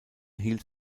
hielt